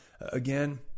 again